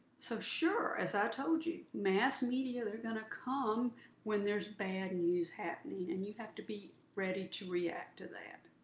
so sure, as i told you, mass media, they're are going to come when there's bad news happening, and you have to be ready to react to that.